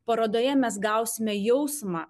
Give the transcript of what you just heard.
parodoje mes gausime jausmą